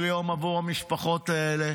כל יום עבור המשפחות האלה